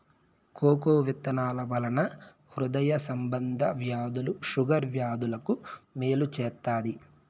cocoa విత్తనాల వలన హృదయ సంబంధ వ్యాధులు షుగర్ వ్యాధులకు మేలు చేత్తాది